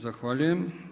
Zahvaljujem.